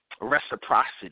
reciprocity